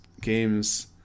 games